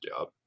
job